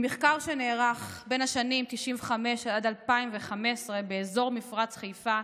ממחקר שנערך בין השנים 1995 ו-2015 באזור מפרץ חיפה,